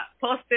posted